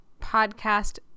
podcast